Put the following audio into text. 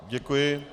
Děkuji.